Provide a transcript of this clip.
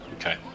okay